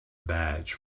badge